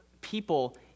people